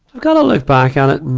kinda look back at it and,